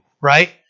Right